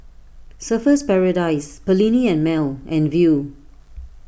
Surfer's Paradise Perllini and Mel and Viu